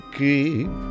keep